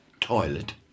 toilet